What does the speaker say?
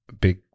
big